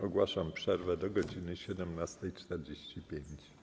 Ogłaszam przerwę do godz. 17.45.